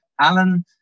Alan